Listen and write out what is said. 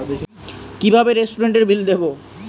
কিভাবে রেস্টুরেন্টের বিল দেবো?